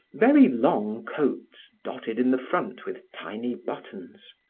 very long coats dotted in the front with tiny buttons,